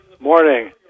Morning